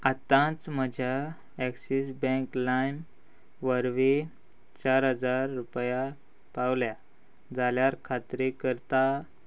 आतांच म्हज्या Axis bank लाइम वरवीं चार हजार रुपया पावल्या जाल्यार खात्री करता